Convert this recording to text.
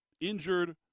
injured